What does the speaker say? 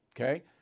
Okay